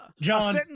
John